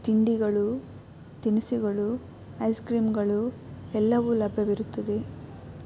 ತಿಂಡಿಗಳು ತಿನಿಸುಗಳು ಐಸ್ ಕ್ರೀಮ್ಗಳು ಎಲ್ಲವೂ ಲಭ್ಯವಿರುತ್ತದೆ